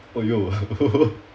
!aiyo!